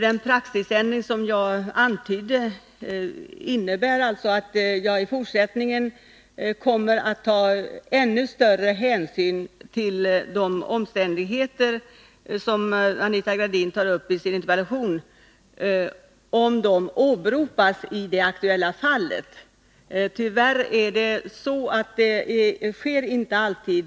Den praxisändring som jag antydde innebär att jag i fortsättningen kommer att ta ännu större hänsyn till de omständigheter som Anita Gradin tar upp i sin interpellation, om dessa omständigheter åberopas i det aktuella fallet. Tyvärr sker detta inte alltid.